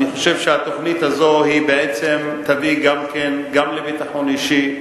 אני חושב שהתוכנית הזאת תביא גם לביטחון אישי,